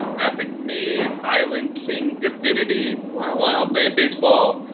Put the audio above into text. epic me, island king divinity wow, wild name baseball,